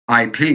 IP